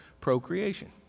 procreation